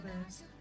others